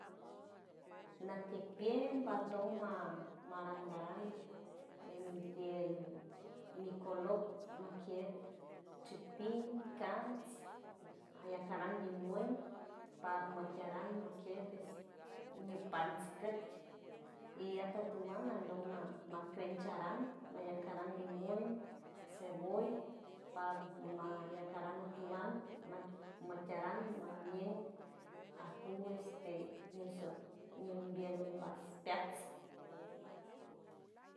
Natieck biem baldoma marangaran endiel mi colot majkiel chipin cans aya caran limuen paramutaran makiel ñupans kets dia atutuwana aldoma ma limuen sharan mayacaran seboy parma ya rutumay mat taran mañ ñen a cuj este ñuso ñumbiel umbas piats.